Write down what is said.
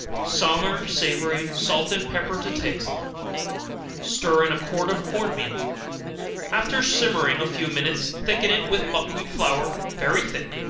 summer savory, salt and pepper to taste stir in a quart of corn meal after simmering a few minutes, thicken it with buckwheat flour very thick,